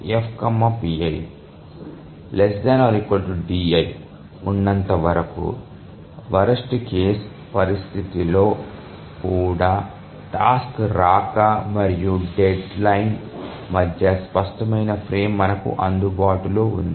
2F GCDFpi ≤ di ఉన్నంత వరకు worst case పరిస్థితుల్లో కూడా టాస్క్ రాక మరియు డెడ్లైన్ మధ్య స్పష్టమైన ఫ్రేమ్ మనకు అందుబాటులో ఉంది